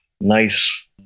nice